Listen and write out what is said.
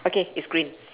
okay it's green